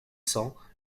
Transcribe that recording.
cents